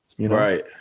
Right